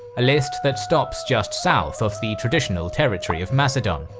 a list that stops just south of the traditional territory of macedon.